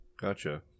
Gotcha